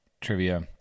trivia